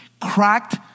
Cracked